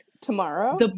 tomorrow